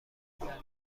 نفهمیدم